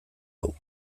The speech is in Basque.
hau